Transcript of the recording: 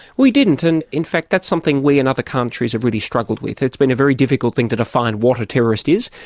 we didn't, and, in fact, that's something we and other countries have really struggled with it's been a very difficult thing to define what a terrorist is,